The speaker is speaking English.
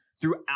throughout